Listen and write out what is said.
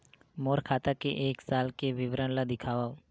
मोर खाता के एक साल के विवरण ल दिखाव?